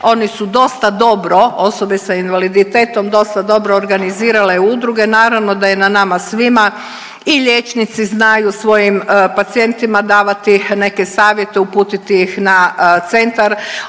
oni su dosta dobro, osobe sa invaliditetom dosta dobro organizirale udruge. Naravno da je na nama svima i liječnici znaju svojim pacijentima davati neke savjete, uputiti ih na centar,